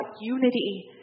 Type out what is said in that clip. unity